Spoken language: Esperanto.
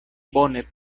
bone